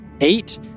Eight